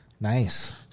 Nice